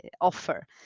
offer